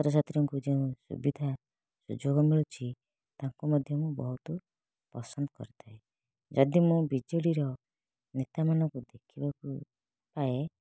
ଛାତ୍ରଛାତ୍ରୀଙ୍କୁ ଯେଉଁ ସୁବିଧା ସୁଯୋଗ ମିଳୁଛି ତାକୁ ମଧ୍ୟ ମୁଁ ବହୁତ ପସନ୍ଦ କରିଥାଏ ଯଦି ମୁଁ ବିଜେଡ଼ିର ନେତାମାନଙ୍କୁ ଦେଖିବାକୁ ପାଏ